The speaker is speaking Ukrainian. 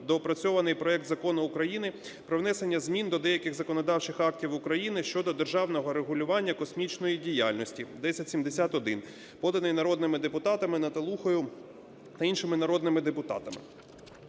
доопрацьований проект Закону України про внесення змін до деяких законодавчих актів України щодо державного регулювання космічної діяльності (1071), поданий народними депутатами Наталухою та іншими народними депутатами.